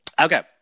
Okay